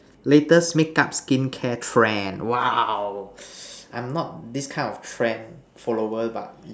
latest make up skincare trend !wow! I'm not this kind of trend follower but